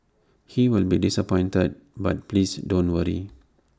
he will be disappointed but please don't worry